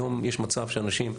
היום יש מצב שאנשים,